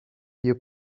you